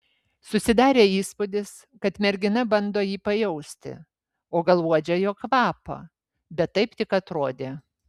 susidarė įspūdis kad mergina bando jį pajausti o gal uodžia jo kvapą bet taip tik atrodė